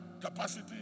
capacity